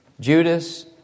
Judas